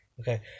Okay